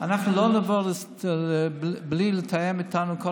אנחנו לא נעבור לסדר-היום בלי לתאם איתנו